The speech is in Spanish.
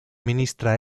ministra